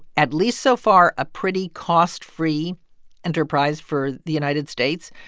at least so far, a pretty cost-free enterprise for the united states.